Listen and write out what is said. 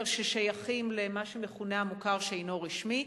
ששייכים למה שמכונה המוכר שאינו רשמי,